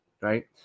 right